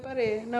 so